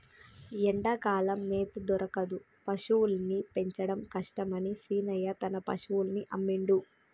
ఎండాకాలం మేత దొరకదు పశువుల్ని పెంచడం కష్టమని శీనయ్య తన పశువుల్ని అమ్మిండు